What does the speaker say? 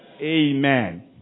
Amen